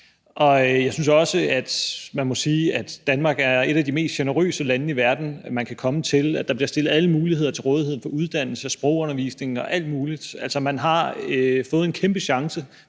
og jeg synes også, man må sige, at Danmark er et af de mest generøse lande i verden, man kan komme til. Der bliver stillet alle muligheder til rådighed – uddannelse, sprogundervisning og alt muligt. Man har igennem mange år fået en kæmpe chance,